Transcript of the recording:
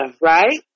Right